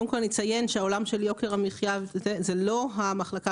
קודם כל אני אציין שהעולם של יוקר המחייה זה לא המחלקה